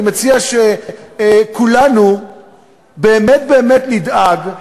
אני מציע שכולנו באמת באמת נדאג,